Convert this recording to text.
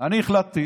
אני החלטתי